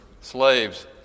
slaves